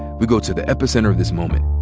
we go to the epicenter of this moment.